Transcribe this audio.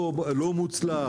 לא מוצלח.